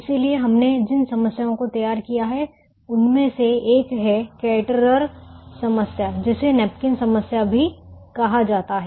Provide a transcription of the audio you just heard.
इसलिए हमने जिन समस्याओं को तैयार किया है उनमें से एक है कैटरर समस्या जिसे नैपकिन समस्या भी कहा जाता है